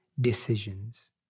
decisions